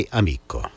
amico